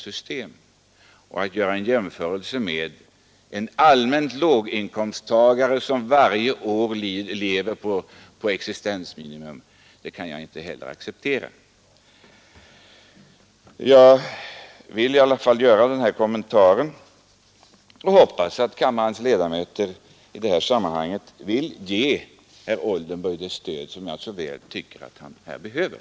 Att allmänt göra en jämförelse med en låginkomsttagare som varje år lever på existensminimum kan jag inte acceptera. Jag har i alla fall velat göra den här kommentaren och hoppas att kammarens ledamöter ger herr Oldenburg det stöd som jag tycker att han så väl behöver.